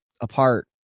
apart